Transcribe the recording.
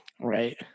Right